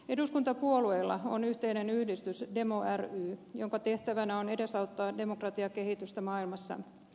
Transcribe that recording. eduskuntapuolueilla on yhteinen yhdistys demo ry jonka tehtävänä on edesauttaa demokratiakehitystä maailmassa